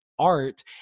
Art